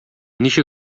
ничек